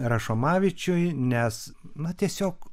rašomavičiui nes na tiesiog